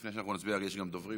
לפני שנצביע יש גם דוברים,